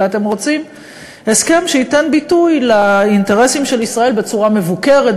אלא אתם רוצים הסכם שייתן ביטוי לאינטרסים של ישראל בצורה מבוקרת,